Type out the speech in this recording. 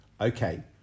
Okay